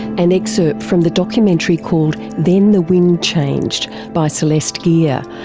an excerpt from the documentary called then the wind changed by celeste geer,